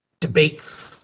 debate